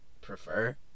prefer